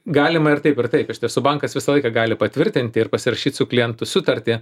galima ir taip ir taip iš tiesų bankas visą laiką gali patvirtinti ir pasirašyt su klientu sutartį